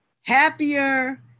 happier